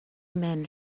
men